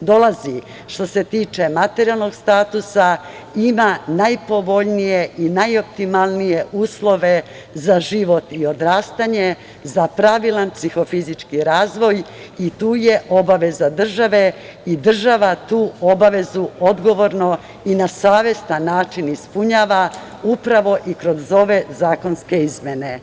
dolazi što se tiče materijalnog statusa ima najpovoljnije i najoptimalnije uslove za život i odrastanje, za pravilan psihofizički razvoj i tu je obaveza država i tu obavezu odgovorno i na savestan način ispunjava, upravo i kroz ove zakonske izmene.